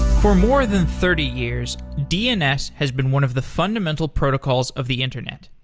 for more than thirty years, dns has been one of the fundamental protocols of the internet.